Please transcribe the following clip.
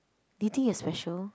do you think you are special